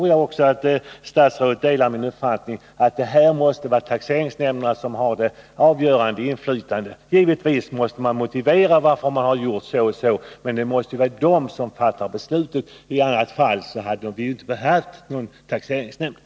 Jag hoppas att statsrådet delar min uppfattning att det är taxeringsnämnderna som har det avgörande inflytandet. Givetvis måste de motivera varför de gjort så och så, men det måste vara de som fattar besluten. I annat fall hade man inte behövt ha några taxeringsnämnder.